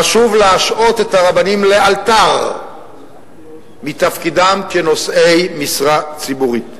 חשוב להשעות את הרבנים לאלתר מתפקידם כנושאי משרה ציבורית.